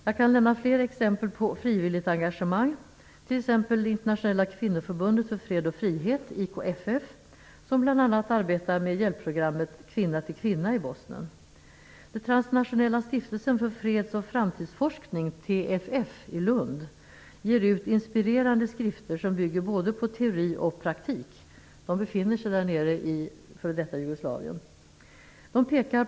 Jag kan nämna fler exempel på frivilligt engagemang, t.ex. Internationella kvinnoförbundet för fred och frihet, IKFF, som bl.a. arbetar med hjälpprogrammet Kvinna till kvinna i Bosnien. Den transnationella stiftelsen för och framtidsforskning, TFF i Lund, ger ut inspirerande skrifter som bygger både på teori och på praktik. Stiftelsen har folk som befinner sig där nere i f.d. Jugoslavien.